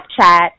Snapchat